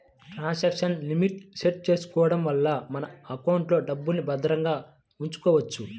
transaction limit set చేసుకోడం వల్ల మన ఎకౌంట్లో డబ్బుల్ని భద్రంగా ఉంచుకోవచ్చు